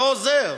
לא עוזר.